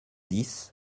dix